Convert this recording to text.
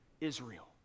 Israel